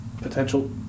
potential